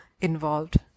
involved